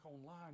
online